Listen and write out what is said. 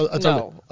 No